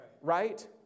right